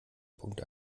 punkt